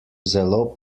zelo